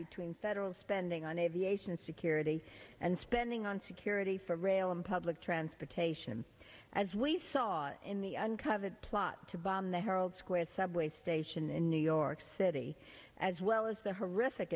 between federal spending on aviation security and spending on security for rail and public transportation as we saw in the uncovered plot to bomb the herald square subway station in new york city as well as the horrific